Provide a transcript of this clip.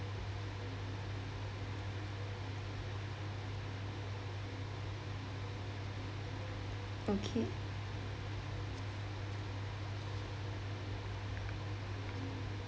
okay